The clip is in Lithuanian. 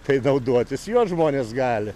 tai naudotis juo žmonės gali